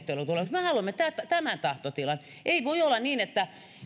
me haluamme tämän tahtotilan ei voi olla niin että